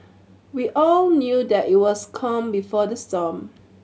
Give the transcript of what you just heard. we all knew that it was calm before the storm